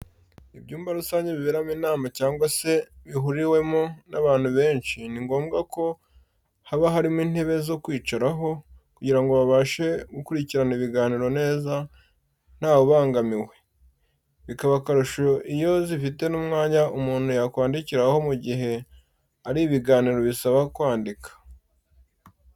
Ibyumba rusange biberamo inama cyangwa se bihurirwamo n'abantu benshi, ni ngombwa ko haba harimo intebe zo kwicaraho, kugira ngo babashe gukurikirana ibiganiro neza ntawe ubangamiwe. Bikaba akarusho iyo zifite n'umwanya umuntu yakwandikiraho mu gihe ari ibiganiro bisaba kwandika.